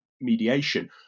mediation